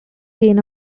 gain